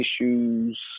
issues